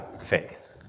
faith